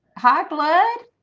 hi blood